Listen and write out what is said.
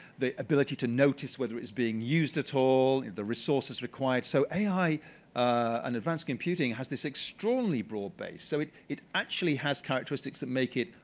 the ability to notice whether it's being used at all and the resources required. so ai and advanced computing has this extraordinary broad base. so it it actually has characteristics that make it,